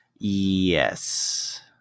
Yes